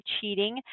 cheating